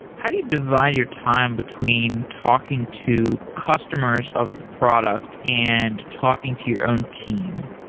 how do you divide your time between talking to customers of the product and talking to your own team?